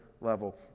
level